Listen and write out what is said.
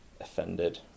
offended